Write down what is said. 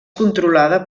controlada